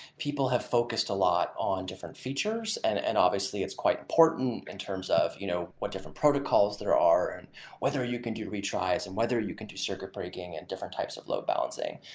people have focused a lot on different features and and obviously it's quite portent in terms of you know what different protocols there are and whether you can do retries, and whether you can do circuit breaking and different types of load balancing.